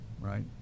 right